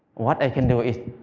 what i can do is